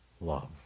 love